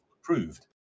approved